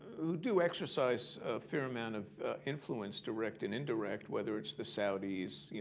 who do exercise a fair amount of influence, direct and indirect, whether it's the saudis,